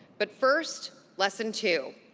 but first, lesson two,